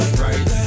right